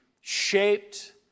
shaped